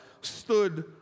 stood